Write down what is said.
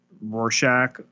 Rorschach